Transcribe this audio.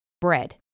bread